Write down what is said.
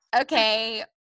okay